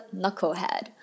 knucklehead